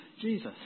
Jesus